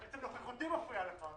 עצם נוכחותי מפריעה לך?